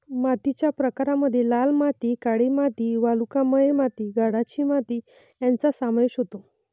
मातीच्या प्रकारांमध्ये लाल माती, काळी माती, वालुकामय माती, गाळाची माती यांचा समावेश होतो